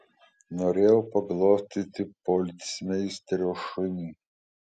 norėjau paglostyti policmeisterio šunį